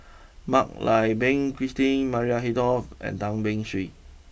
Mak Lai Peng Christine Maria Hertogh and Tan Beng Swee